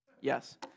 yes